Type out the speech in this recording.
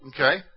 Okay